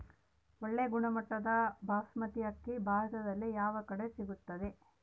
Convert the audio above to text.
ಒಳ್ಳೆ ಗುಣಮಟ್ಟದ ಬಾಸ್ಮತಿ ಅಕ್ಕಿ ಭಾರತದಲ್ಲಿ ಯಾವ ಕಡೆ ಸಿಗುತ್ತದೆ?